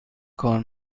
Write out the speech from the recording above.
کار